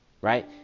right